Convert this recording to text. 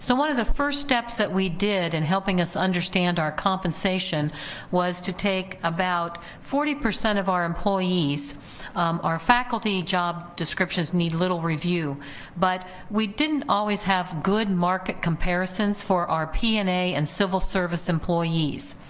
so one of the first steps that we did in and helping us understand our compensation was to take about forty percent of our employees our faculty job descriptions need little review but we didn't always have good market comparisons for our p and a and civil service employees,